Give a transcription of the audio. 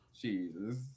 Jesus